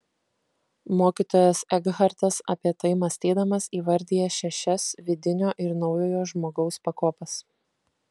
mokytojas ekhartas apie tai mąstydamas įvardija šešias vidinio ir naujojo žmogaus pakopas